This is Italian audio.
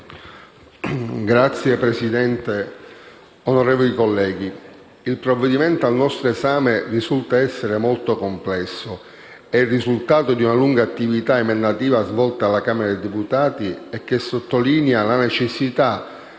Signor Presidente, onorevoli colleghi, il provvedimento al nostro esame risulta essere molto complesso. Esso è il frutto di una lunga attività emendativa svolta alla Camera dei deputati, che sottolinea la necessità